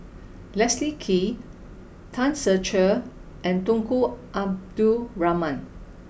Leslie Kee Tan Ser Cher and Tunku Abdul Rahman